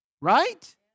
right